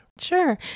Sure